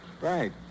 Right